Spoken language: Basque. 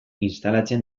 instalatzen